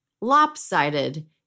lopsided